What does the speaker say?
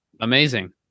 Amazing